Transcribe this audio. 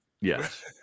Yes